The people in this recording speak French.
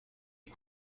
les